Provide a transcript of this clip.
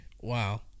Wow